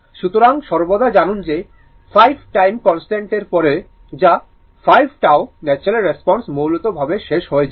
সুতরাং সর্বদা জানুন যে 5 টাইম কন্সট্যান্টের পরে যা 5 τ ন্যাচারাল রেসপন্স মূলত ভাবে শেষ হয়ে যায়